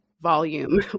volume